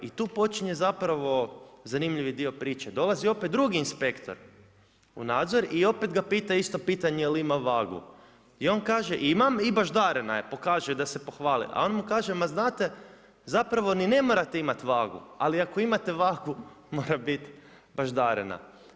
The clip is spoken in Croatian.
I tu počinje zapravo zanimljivi dio priče, dolazi opet drugi inspektor u nadzor i opet ga pita isto pitanje je li ima vagu i on kaže imam i baždarena je, pokaže da se pohvali, a on mu kaže ma znate, zapravo ni ne morate imati vagu ali ako imate vagu mora biti baždarena.